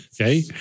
Okay